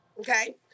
okay